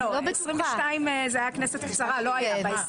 לא, 22 זו הייתה כנסת קצרה, לא היה.